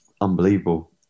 unbelievable